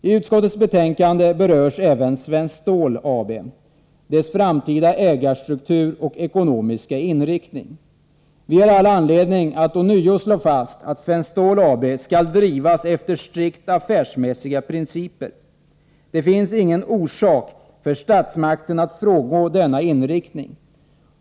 I utskottets betänkande berörs även Svenskt Stål AB:s framtida ägarstruktur och ekonomiska inriktning. Vi har anledning att ånyo slå fast att Svenskt Stål AB skall drivas efter strikt affärsmässiga principer. Det finns ingen orsak för statsmakten att frångå denna inriktning.